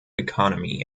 economy